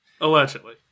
Allegedly